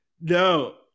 No